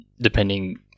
depending